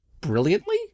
brilliantly